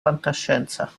fantascienza